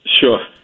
Sure